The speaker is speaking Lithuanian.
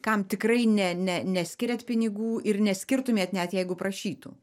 kam tikrai ne ne neskiriat pinigų ir neskirtumėt net jeigu prašytų